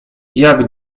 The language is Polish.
jak